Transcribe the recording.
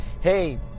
hey